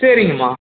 சரிங்கம்மா